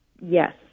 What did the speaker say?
Yes